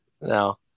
No